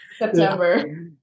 September